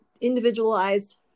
individualized